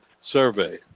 survey